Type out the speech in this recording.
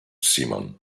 simon